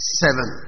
seven